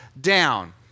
down